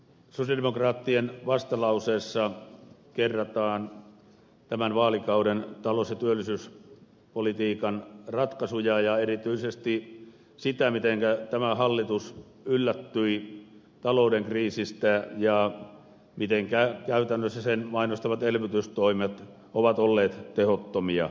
sosialidemokraattien vastalauseessa kerrataan tämän vaalikauden talous ja työllisyyspolitiikan ratkaisuja ja erityisesti sitä mitenkä tämä hallitus yllättyi talouden kriisistä ja mitenkä sen mainostamat elvytystoimet ovat olleet käytännössä tehottomia